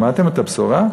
שמעתם את הבשורה?